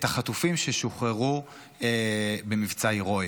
את החטופים ששוחררו במבצע הירואי,